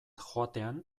joatean